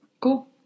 cool